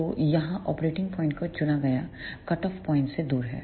तो यहाँ operating point को चुना गया कटऑफ पॉइंट से दूर है